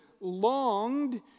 longed